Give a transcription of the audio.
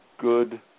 good